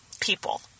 people